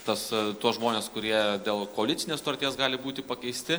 tas tuos žmones kurie dėl koalicinės sutarties gali būti pakeisti